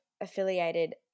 affiliated